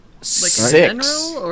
Six